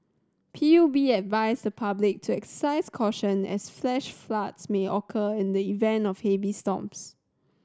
P U B advised the public to exercise caution as flash floods may occur in the event of heavy storms